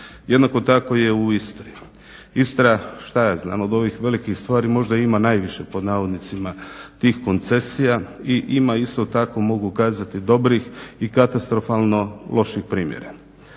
Jednako tako je u Istri. Istra šta ja znam od ovih velikih stvari možda ima najviše pod navodnicima tih koncesija i ima isto tako mogu kazati dobrih i katastrofalno loših primjera.